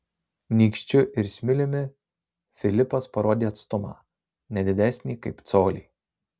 nykščiu ir smiliumi filipas parodė atstumą ne didesnį kaip colį